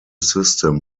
system